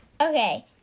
Okay